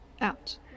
out